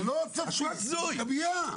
דניאל,